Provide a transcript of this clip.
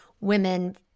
women